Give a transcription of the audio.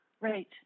Right